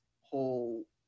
whole